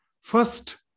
First